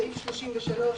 סעיף 33,